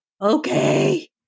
okay